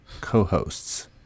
co-hosts